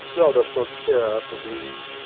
thou dost not care for me.